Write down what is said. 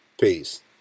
Peace